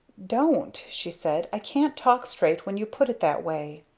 don't! she said. i can't talk straight when you put it that way.